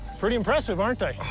pretty impressive, aren't they? oh.